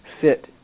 fit